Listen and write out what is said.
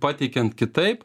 pateikiant kitaip